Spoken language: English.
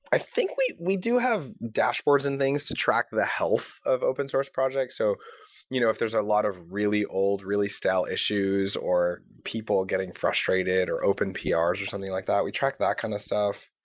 i think we we do have dashboards and things to track the health of open-source projects. so you know if there's a lot of really old, really stale issues, or people getting frustrated, or open prs, ah or something like that, we track that kind of stuff.